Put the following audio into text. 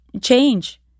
change